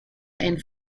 and